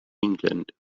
england